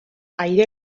aire